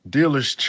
Dealer's